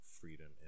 freedom